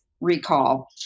recall